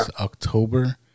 October